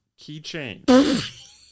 keychain